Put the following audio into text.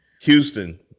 Houston